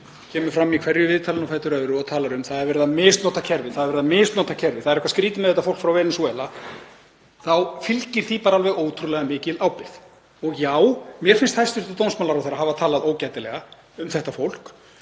kemur fram í hverju viðtalinu á fætur öðru og talar um að verið sé að misnota kerfið, það sé eitthvað skrýtið við þetta fólk frá Venesúela, þá fylgir því bara alveg ótrúlega mikil ábyrgð. Og já, mér finnst hæstv. dómsmálaráðherra hafa talað ógætilega um þetta fólk,